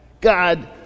God